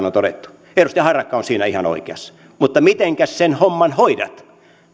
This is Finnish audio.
on todettu edustaja harakka on siinä ihan oikeassa mutta mitenkäs sen homman hoidat